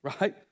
right